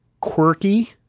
quirky